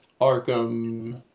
Arkham